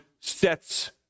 sets